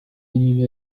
inhumé